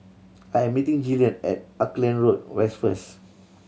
I am meeting Jillian at Auckland Road West first